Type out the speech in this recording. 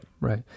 right